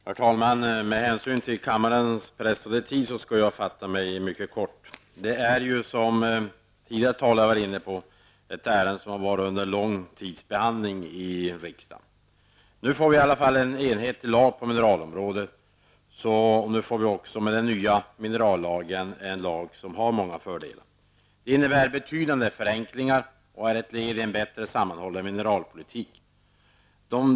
Herr talman! Av hänsyn till kammarens pressade tidsläge skall jag fatta mig mycket kort. Detta är ett ärende, vilket tidigare talare har varit inne på, som varit föremål för lång tids behandling i riksdagen. Nu får vi i varje fall en enhetlig lag på mineralområdet, och vi får också med den nya minerallagen en lag som har många fördelar. Det innebär betydande förenklingar och är ett led i en bättre sammanhållen mineralpolitik.